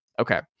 okay